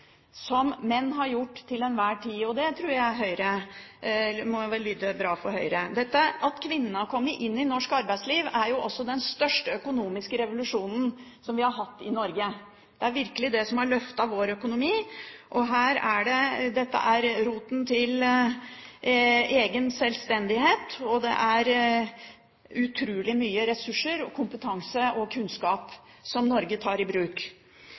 som menn har gjort til enhver tid. Det tror jeg må lyde bra for Høyre. At kvinnene har kommet inn i norsk arbeidsliv, er også den største økonomiske revolusjonen vi har hatt i Norge. Det er virkelig det som har løftet vår økonomi. Dette er roten til egen sjølstendighet, og det er utrolig mye ressurser, kompetanse og kunnskap Norge tar i bruk.